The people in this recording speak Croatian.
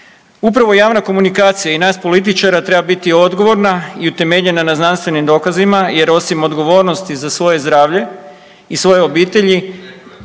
Upravo javna komunikacija i nas političara treba biti odgovorna i utemeljena na znanstvenim dokazima jer osim odgovornosti za svoje zdravlje i svoje obitelji